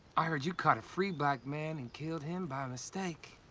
i heard you caught a free black man and killed him by mistake.